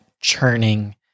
churning